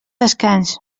descans